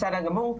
בסדר גמור.